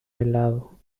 helado